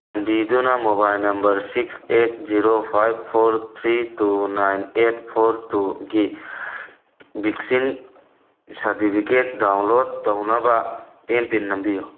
ꯆꯥꯟꯕꯤꯗꯨꯅ mobile number six eight zero five four three two nine eight four ꯇꯨꯒꯤ vaccine ꯁꯥꯔꯗꯤꯕꯤꯒꯦꯠ download ꯇꯧꯅꯕ M pin ꯅꯝꯕꯤꯌꯨ